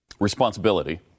Responsibility